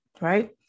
right